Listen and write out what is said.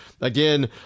again